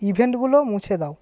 ইভেন্টগুলো মুছে দাও